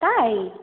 তাই